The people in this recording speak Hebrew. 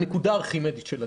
והוא הנקודה הארכימדית של הדיון.